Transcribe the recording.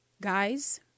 Guys